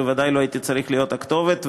בוודאי לא הייתי צריך להיות הכתובת.